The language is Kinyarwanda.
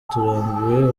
turambiwe